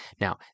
Now